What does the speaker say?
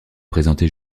présentés